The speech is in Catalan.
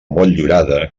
motllurada